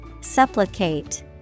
Supplicate